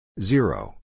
Zero